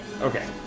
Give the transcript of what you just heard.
Okay